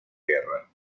guerra